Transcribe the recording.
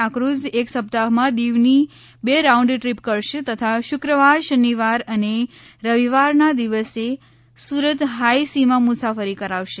આ ફ્રઝ એક સપ્તાહમાં દીવની બે રાઉન્ડ દ્રીપ કરશે તથા શુક્રવાર શનિવાર અને રવિવારના દિવસે સુરત હાઇ સીમાં મુસાફરી કરાવશે